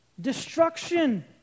destruction